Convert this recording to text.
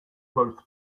both